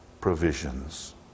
provisions